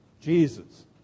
Jesus